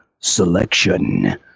selection